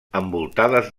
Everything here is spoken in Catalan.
envoltades